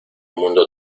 mundo